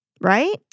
Right